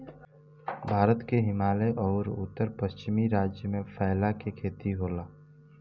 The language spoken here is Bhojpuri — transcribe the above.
भारत के हिमालय अउर उत्तर पश्चिम राज्य में फैला के खेती होला